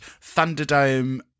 Thunderdome